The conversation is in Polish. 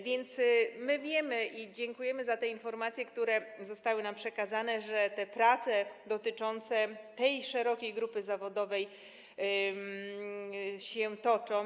Więc my to wiemy i dziękujemy za te informacje, które zostały nam przekazane, że te prace dotyczące tej szerokiej grupy zawodowej się toczą.